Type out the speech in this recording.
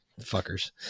fuckers